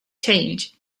change